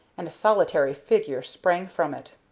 and a solitary figure sprang from it.